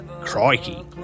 crikey